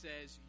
says